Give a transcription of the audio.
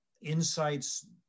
insights